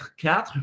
quatre